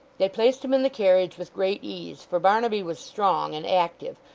they placed him in the carriage with great ease, for barnaby was strong and active,